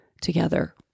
together